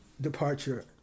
departure